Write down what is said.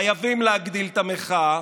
חייבים להגדיל את המחאה,